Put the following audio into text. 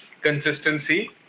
consistency